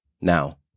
now